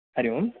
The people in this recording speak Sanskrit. हरि ओम्